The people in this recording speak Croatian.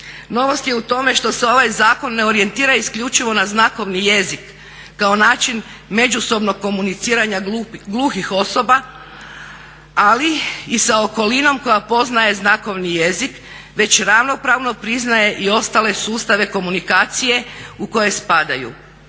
Novost je u tome što se ovaj zakon ne orijentira isključivo na znakovni jezik kao način međusobnog komuniciranja gluhih osoba, ali i sa okolinom koja poznaje znakovni jezik već ravnopravno priznaje i ostale sustave komunikacije u koju spadaju,